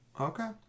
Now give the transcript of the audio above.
Okay